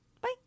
Bye